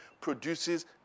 produces